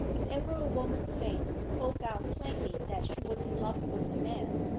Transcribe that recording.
if ever a woman's face spoke out plainly that she was in love with a man,